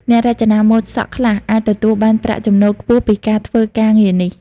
អ្នករចនាម៉ូដសក់ខ្លះអាចទទួលបានប្រាក់ចំណូលខ្ពស់ពីការធ្វើការងារនេះ។